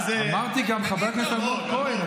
אמרתי, גם חבר הכנסת אלמוג כהן.